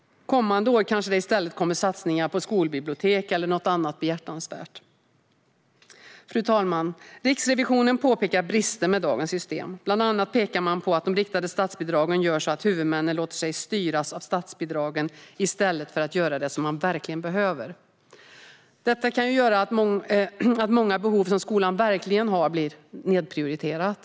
Kommande år kanske det i stället kommer satsningar på skolbibliotek eller något annat behjärtansvärt. Fru talman! Riksrevisionen påpekar brister hos dagens system och pekar bland annat på att de riktade statsbidragen gör så att huvudmännen låter sig styras av statsbidragen i stället för att göra det som verkligen behövs. Detta kan göra att många behov som skolan verkligen har blir nedprioriterade.